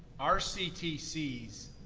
our ctcs,